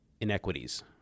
inequities